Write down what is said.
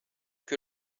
que